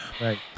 Right